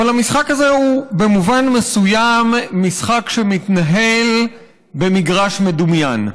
אבל המשחק הזה הוא במובן מסוים משחק שמתנהל במגרש מדומיין,